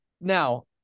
Now